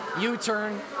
U-turn